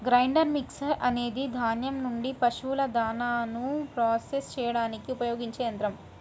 grinder mixer అనేది ధాన్యం నుండి పశువుల దాణాను ప్రాసెస్ చేయడానికి ఉపయోగించే యంత్రం